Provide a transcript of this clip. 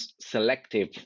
selective